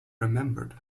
remembered